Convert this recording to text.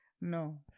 No